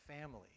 family